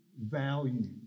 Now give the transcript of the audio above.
value